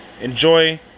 Enjoy